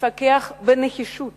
תפקח בנחישות